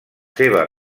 seves